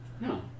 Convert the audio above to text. No